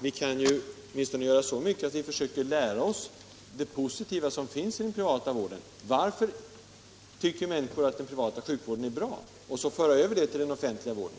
vi kan åtminstone göra så mycket, att vi försöker lära oss av det positiva som finns i den privata vården — varför människor tycker att den privata sjukvården är bra — och föra över det till den offentliga vården.